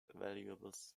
valuables